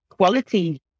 Quality